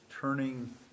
turning